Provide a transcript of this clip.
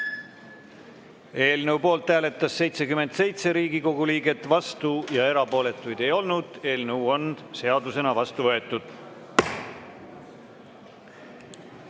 Eelnõu poolt hääletas 77 Riigikogu liiget, vastuolijaid ega erapooletuid ei olnud. Eelnõu on seadusena vastu võetud.